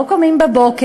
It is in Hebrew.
לא קמים בבוקר,